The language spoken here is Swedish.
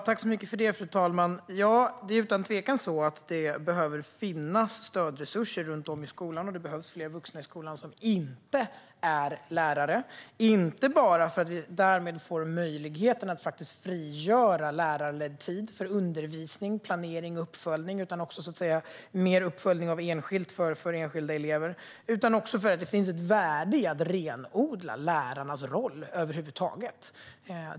Fru talman! Det är utan tvekan så att det behöver finnas stödresurser runt om i skolan. Det behövs också fler vuxna i skolan som inte är lärare. Anledningen till detta är inte bara att vi därmed skulle få möjlighet att frigöra lärarledd tid för undervisning, planering och uppföljning - även mer uppföljning av enskilda elever - utan också att det finns ett värde i att renodla lärarnas roll över huvud taget.